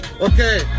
Okay